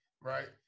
right